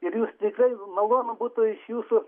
ir jūs tikrai malonu būtų iš jūsų